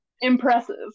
impressive